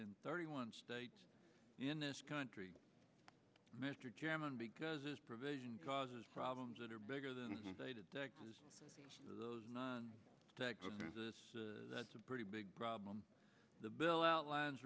in thirty one states in this country mr chairman because this provision causes problems that are bigger than those nine that's a pretty big problem the bill outlines